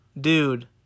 Dude